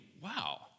wow